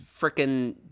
freaking